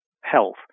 health